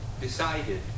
decided